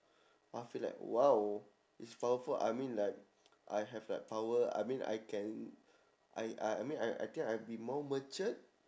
I feel like !wow! it's powerful I mean like I have that power I mean I can I I I mean I I think I'd be more matured